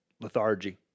lethargy